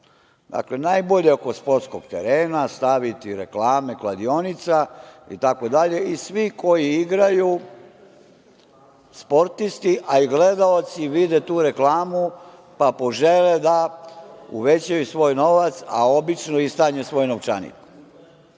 Dakle, najbolje oko sportskog terena staviti reklame kladionica, itd, i svi koji igraju, sportisti, a i gledaoci, i vide tu reklamu, pa požele da uvećaju svoj novac, a obično istanje svoj novčanik. Ono